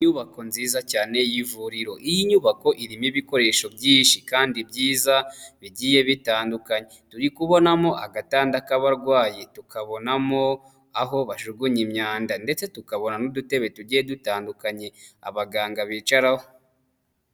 Inyubako nziza cyane y'ivuriro, iyi nyubako irimo ibikoresho byinshi kandi byiza bigiye bitandukanye. Turi kubonamo agatanda k'abarwayi, tukabonamo aho bajugunya imyanda ndetse tukabona n'udutebe tugiye dutandukanye abaganga bicaraho.